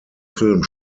film